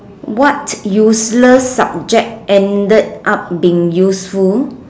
what useless subject ended up being useful